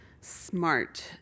Smart